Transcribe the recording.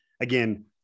Again